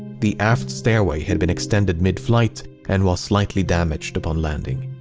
the aft stairway had been extended mid-flight and was slightly damaged upon landing.